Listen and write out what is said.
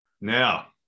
Now